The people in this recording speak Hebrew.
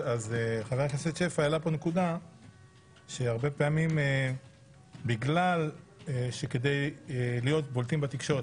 חבר הכנסת שפע העלה נקודה שבהרבה פעמים בגלל שכדי להיות בולטים בתקשורת,